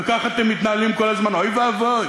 וכך אתם מתנהלים כל הזמן: אוי ואבוי,